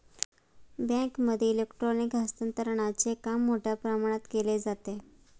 बँकांमध्ये इलेक्ट्रॉनिक हस्तांतरणचे काम मोठ्या प्रमाणात केले जाते